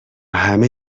همه